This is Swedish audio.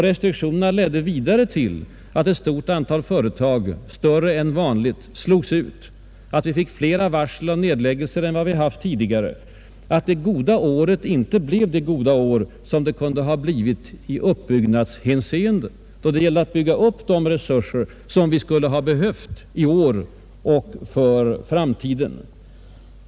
Restriktionerna ledde vidare till att ett stort antal företag, större än vanligt, slogs ut, att vi fick fler varsel om nedläggelser än tidigare, att det goda året inte blev det goda år som det kunde ha blivit då det gällde att bygga upp resurser som vi skulle ha behövt i år och för framtiden.